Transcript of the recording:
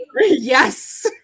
Yes